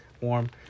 warm